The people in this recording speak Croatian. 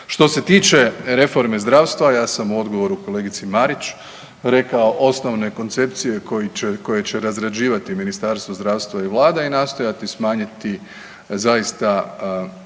Što se tiče reforme zdravstva ja sam u odgovoru kolegici Marić rekao osnovne koncepcije koje će razrađivati Ministarstvo zdravstva i vlada i nastojati smanjiti zaista izuzetno